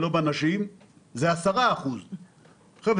זה 10%. חבר'ה,